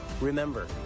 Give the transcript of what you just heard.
Remember